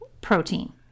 protein